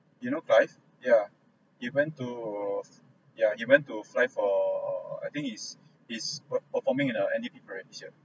you know clive yeah he went to yeah he went to fly for I think he he's what per~ performing in a N_D_P parade this year